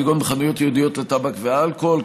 כגון בחנויות ייעודיות לטבק ואלכוהול.